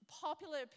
popular